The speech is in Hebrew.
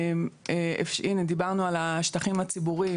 דיברנו על השטחים הציבוריים.